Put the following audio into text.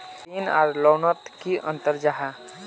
ऋण आर लोन नोत की अंतर जाहा?